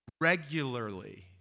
regularly